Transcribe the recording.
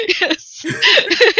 Yes